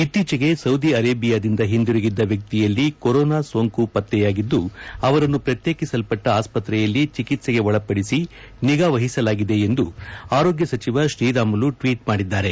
ಇತ್ತೀಚಿಗೆ ಸೌದಿ ಅರೇಬಿಯಾದಿಂದ ಹಿಂದಿರುಗಿದ್ದ ವ್ಯಕ್ತಿಯಲ್ಲಿ ಕೊರೋನಾ ಸೋಂಕು ಪತ್ರೆಯಾಗಿದ್ದುಅವರನ್ನು ಪ್ರತ್ಯೇಕಿಸಲ್ಪಟ್ಟ ಆಸ್ವತ್ರೆಯಲ್ಲಿ ಚಿಕಿತ್ಸೆಗೆ ಒಳಪಡಿಸಿ ನಿಗಾವಹಿಸಲಾಗಿದೆ ಎಂದು ಆರೋಗ್ಯ ಸಚಿವ ಶ್ರೀರಾಮುಲು ಟ್ವೀಟ್ ಮಾಡಿದ್ದಾರೆ